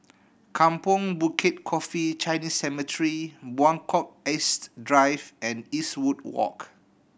Kampong Bukit Coffee Chinese Cemetery Buangkok East Drive and Eastwood Walk